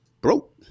Broke